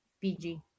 PG